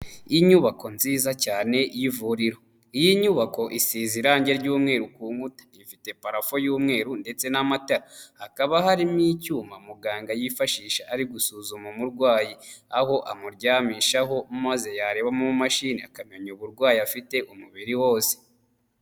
Iyi nyubako nziza cyane y'ivuriro iyi nyubako isize irangi ry'umweru ifite parafo y'umweru ndetse n'amatara hakaba harimo icyuma muganga yifashisha ari gusuzuma umurwayi aho amuryamishaho maze yareba mu mashini akamenya uburwayi afite umubiri wose.